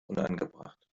unangebracht